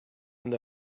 and